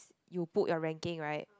you put your ranking right